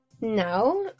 Now